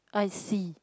I see